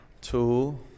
two